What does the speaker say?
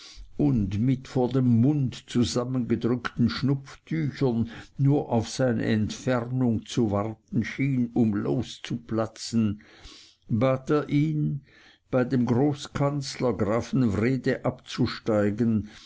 und mit vor dem mund zusammengedrückten schnupftüchern nur auf seine entfernung zu warten schien um loszuplatzen bat er ihn bei dem großkanzler grafen wrede abzusteigen